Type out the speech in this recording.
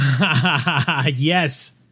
Yes